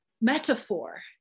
metaphor